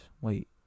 Wait